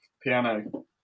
piano